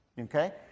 Okay